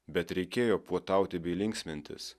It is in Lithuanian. bet reikėjo puotauti bei linksmintis